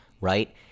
right